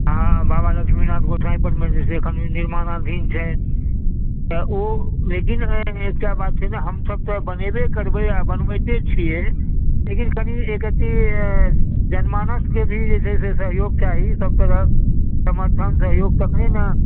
हँ बाबा लक्ष्मीनाथ गोसाइ परमे जे छै से अखन निर्माणाधीन छै तऽ ओ फिल्ममे एकटा बात छै ने हमसभ तऽ बनेबे करबै आ बनबैते छियै लेकिन कनि एक रति जनमानस भी छै जे सहयोग चाही सभ समर्थन सहयोग तखने ने